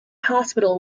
hospital